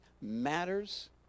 matters